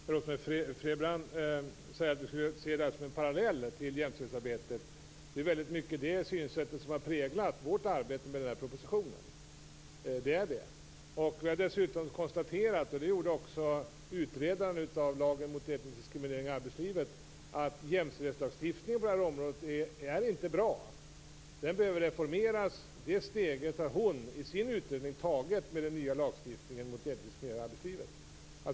Fru talman! Rose-Marie Frebran säger att vi skulle se det här som en parallell till jämställdhetsarbetet. Det är väldigt mycket det synsättet som har präglat vårt arbete med den här propositionen. Vi har dessutom konstaterat, och det gjorde också utredaren av lagen mot etnisk diskriminering i arbetslivet, att jämställdhetslagstiftningen på det här området inte är bra. Den behöver reformeras. Det steget har hon tagit i sin utredning i och med den nya lagstiftningen mot etnisk diskriminering i arbetslivet.